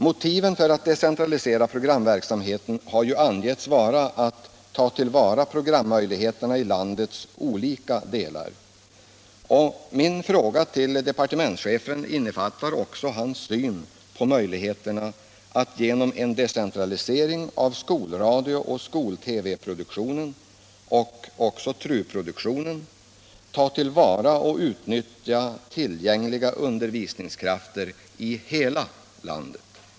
Motivet för att decentralisera programverksamheten har ju angetts vara att ta till vara programmöjligheterna i landets olika delar. Min fråga till departementschefen innefattar också hans syn på möjligheterna att genom en decentralisering av skolradio och skol-TV-programproduktionen liksom av TRU-produktionen utnyttja tillgängliga undervisningskrafteri hela landet.